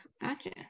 Gotcha